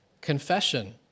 confession